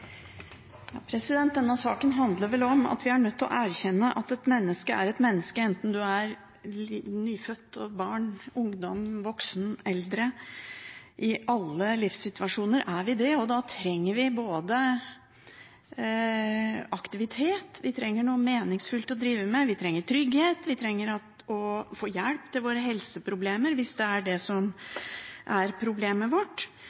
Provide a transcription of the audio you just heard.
nødt til å erkjenne at et menneske er et menneske, enten man er nyfødt, barn, ungdom, voksen eller eldre. I alle livssituasjoner er vi det, og da trenger vi aktivitet, vi trenger noe meningsfylt å drive med, vi trenger trygghet, og vi trenger å få hjelp til våre helseproblemer, hvis vi har det.